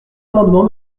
amendement